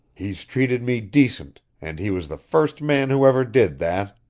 he's treated me decent, and he was the first man who ever did that!